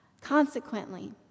Consequently